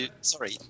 Sorry